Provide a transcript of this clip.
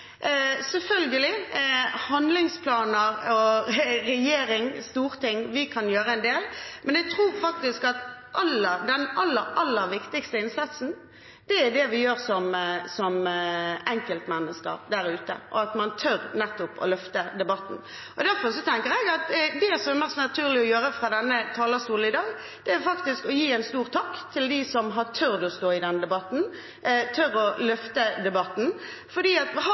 Selvfølgelig kan handlingsplaner, regjering og storting gjøre en del, men jeg tror faktisk at den aller viktigste innsatsen er det vi gjør som enkeltmennesker, og at man tør å løfte debatten. Derfor tenker jeg at det som er mest naturlig å gjøre fra denne talerstolen i dag, er å gi en stor takk til dem som har turt å stå i den debatten, tør å løfte debatten, for har vi ikke de stemmene som tør å fortelle om de traumatiske og vanskelige tingene som de har